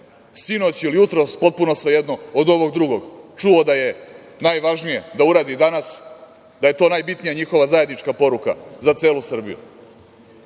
sinoć ili jutros potpuno svejedno od ovog drugog čuo da je najvažnije da uradi danas, da je to najbitnija njihova zajednička poruka za celu Srbiju. Da